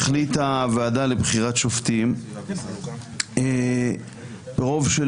החליטה הוועדה לבחירת שופטים ברוב של